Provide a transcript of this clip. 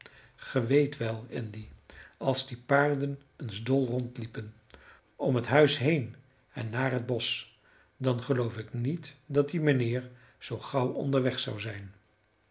ge weet wel andy als die paarden eens dol rondliepen om het huis heen en naar het bosch dan geloof ik niet dat die mijnheer zoo gauw onderweg zou zijn